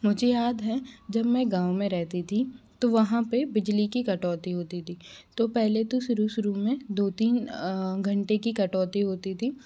मुझे याद है जब मैं गाँव मे रहती थी तो वहाँ पर बिजली की कटौती होती थी तो पहले तो शुरू शुरू में दो तीन घंटे की कटौती होती थी